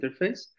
interface